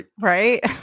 Right